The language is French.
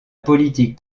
politique